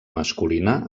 masculina